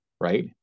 right